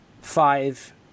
five